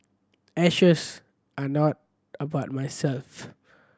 ashes are not about myself